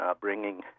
bringing